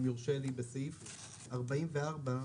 בסעיף 44,